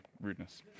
rudeness